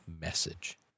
message